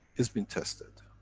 it's been tested.